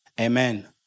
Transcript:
Amen